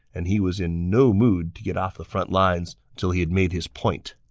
and he was in no mood to get off the front lines until he had made his point.